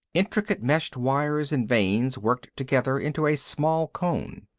intricate meshed wires and vanes worked together into a small cone.